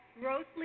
grossly